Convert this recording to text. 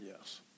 Yes